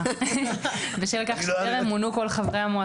בשל כך שטרם מונו כל חברי המועצה,